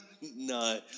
No